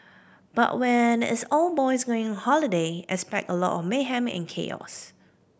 but when it's all boys going on holiday expect a lot of mayhem and chaos